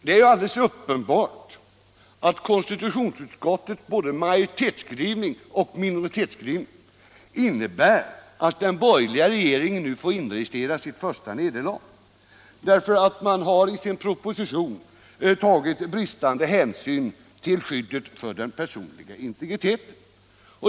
Det är ju alldeles uppenbart att konstitutionsutskottets både majoritetsskrivning och minoritetsskrivning innebär att den borgerliga regeringen nu får inregistrera sitt första nederlag, eftersom den i sin proposition har tagit bristande hänsyn till skyddet för den personliga integriteten.